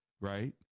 Right